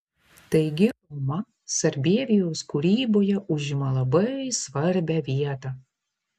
taigi roma sarbievijaus kūryboje užima labai svarbią vietą